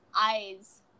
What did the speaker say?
eyes